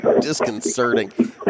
disconcerting